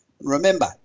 Remember